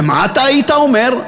ומה אתה היית אומר?